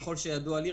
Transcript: ככל שידוע לי,